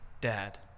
Dad